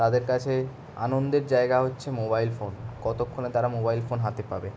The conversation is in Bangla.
তাদের কাছে আনন্দের জায়গা হচ্ছে মোবাইল ফোন কতোক্ষণে তারা মোবাইল ফোন হাতে পাবে